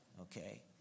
okay